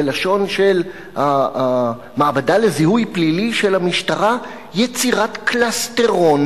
בלשון של המעבדה לזיהוי פלילי של המשטרה: יצירת קלסתרון